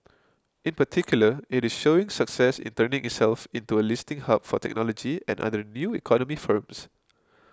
in particular it is showing success in turning itself into a listing hub for technology and other new economy firms